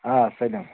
آ سٲلِم